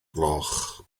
gloch